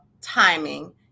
timing